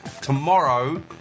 Tomorrow